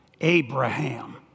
Abraham